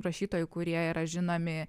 rašytojų kurie yra žinomi